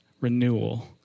renewal